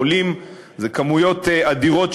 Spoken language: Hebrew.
עולים בכמויות אדירות,